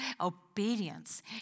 obedience